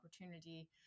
opportunity